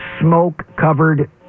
smoke-covered